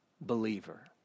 believer